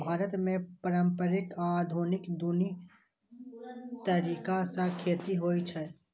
भारत मे पारंपरिक आ आधुनिक, दुनू तरीका सं खेती होइ छै